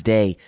Day